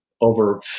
over